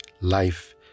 Life